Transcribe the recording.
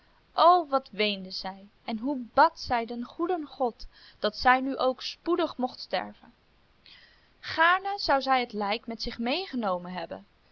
o wat weende zij en hoe bad zij den goeden god dat zij nu ook spoedig mocht sterven gaarne zou zij het lijk met zich meegenomen hebben